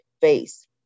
face